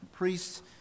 priests